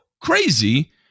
crazy